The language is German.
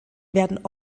werden